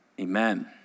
amen